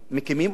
מקימים אוהלים.